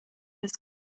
his